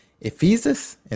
Ephesus